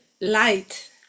light